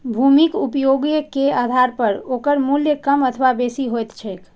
भूमिक उपयोगे के आधार पर ओकर मूल्य कम अथवा बेसी होइत छैक